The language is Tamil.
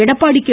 எடப்பாடி கே